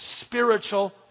spiritual